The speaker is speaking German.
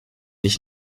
nicht